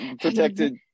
protected